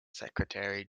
secretary